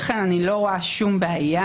לכן איני רואה שום בעיה.